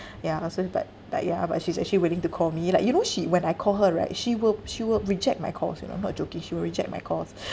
ya so but but ya but she's actually willing to call me like you know she when I call her right she will she will reject my calls you know I'm not joking she will reject my calls